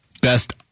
Best